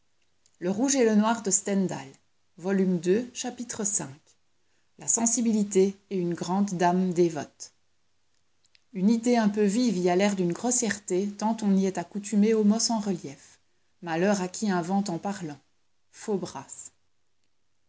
chapitre v la sensibilité et une grande dame dévote une idée un peu vive y a l'air d'une grossièreté tant on y est accoutumé aux mots sans relief malheur à qui invente en parlant